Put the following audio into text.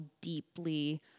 deeply